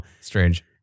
strange